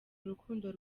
urukundo